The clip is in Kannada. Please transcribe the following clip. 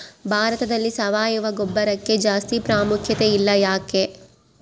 ಭಾರತದಲ್ಲಿ ಸಾವಯವ ಗೊಬ್ಬರಕ್ಕೆ ಜಾಸ್ತಿ ಪ್ರಾಮುಖ್ಯತೆ ಇಲ್ಲ ಯಾಕೆ?